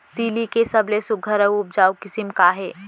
तिलि के सबले सुघ्घर अऊ उपजाऊ किसिम का हे?